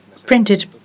printed